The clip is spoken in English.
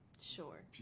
Sure